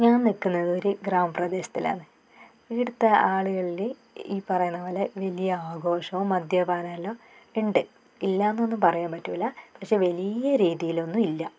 ഞാൻ നിൽക്കുന്നത് ഒരു ഗ്രാമംപ്രദേശത്തിലാന്ന് ഇവിടുത്തെ ആളുകളിൽ ഈ പറയണ പോലെ വലിയ ആഘോഷവും മദ്യപാനമെല്ലാം ഉണ്ട് ഇല്ലാന്നൊന്നും പറയാൻ പറ്റൂലാ പക്ഷേ വലിയ രീതിയിൽ ഒന്നുല്ല